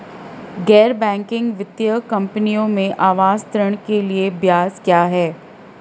गैर बैंकिंग वित्तीय कंपनियों में आवास ऋण के लिए ब्याज क्या है?